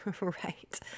right